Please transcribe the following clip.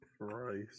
Christ